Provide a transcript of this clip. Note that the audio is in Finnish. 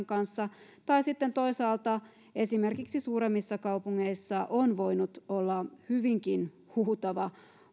kanssa sitten toisaalta esimerkiksi suuremmissa kaupungeissa on voinut olla hyvinkin huutava